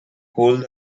hold